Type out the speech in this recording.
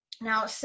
Now